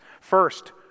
First